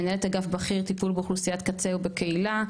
מנהלת אגף בכיר טיפול באוכלוסיית קצה ובקהילה,